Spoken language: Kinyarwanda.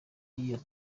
y’iyo